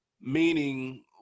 Meaning